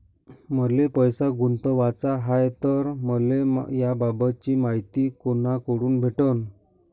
मले पैसा गुंतवाचा हाय तर मले याबाबतीची मायती कुनाकडून भेटन?